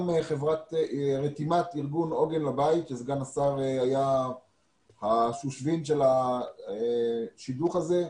גם רתימת ארגון עוגן לבית שסגן השר היה השושבין של השידוך הזה,